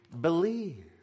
Believe